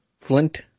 Flint